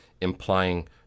implying